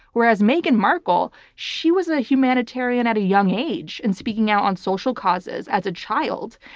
whereas meghan markle, she was a humanitarian at a young age and speaking out on social causes as a child,